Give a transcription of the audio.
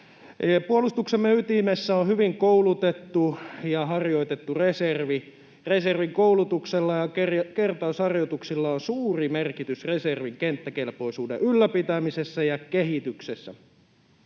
Puolustuksemme ytimessä on hyvin koulutettu ja harjoitettu reservi. Reservin koulutuksella ja kertausharjoituksilla on suuri merkitys reservin kenttäkelpoisuuden ylläpitämisessä ja kehityksessä.